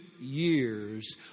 years